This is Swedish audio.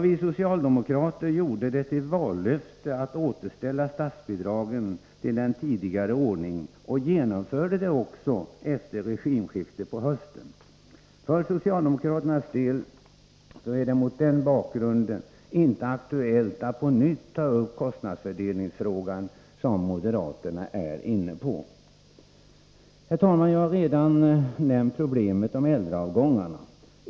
Vi socialdemokrater gjorde det till ett vallöfte att återställa statsbidragen till den tidigare ordningen och genomförde det också efter regimskiftet på hösten. För socialdemokraternas del är det mot den bakgrunden inte aktuellt att på nytt ta upp den kostnadsfördelningsfråga som moderaterna är inne på. Herr talman! Jag har redan nämnt problemet med äldreavgångarna.